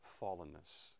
fallenness